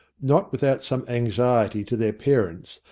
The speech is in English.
not without some anxiety to their parents,